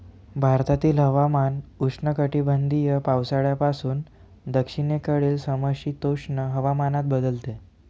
भारतातील हवामान उष्णकटिबंधीय पावसाळ्यापासून दक्षिणेकडील समशीतोष्ण हवामानात बदलते